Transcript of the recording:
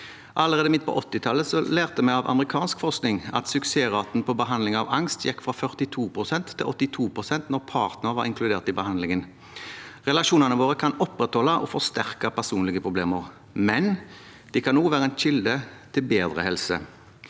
Allerede midt på 1980-tallet lærte vi av amerikansk forskning at suksessraten for behandling av angst gikk fra 42 pst. til 82 pst. når partneren var inkludert i behandlingen. Relasjonene våre kan opprettholde og forsterke personlige problemer, men de kan også være en kilde til bedre helse.